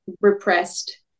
repressed